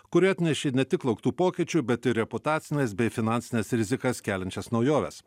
kuri atnešė ne tik lauktų pokyčių bet ir reputacines bei finansines rizikas keliančias naujoves